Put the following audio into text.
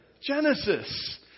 Genesis